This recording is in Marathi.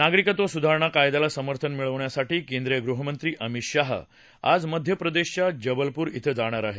नागरिकत्व सुधारणा कायद्याला समर्थन मिळवण्यासाठी केंद्रीय गृहमंत्री अमित शाह आज मध्यप्रदेशच्या जबलपूर डें जाणार आहेत